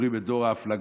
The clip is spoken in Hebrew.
עוברים את דור הפלגה,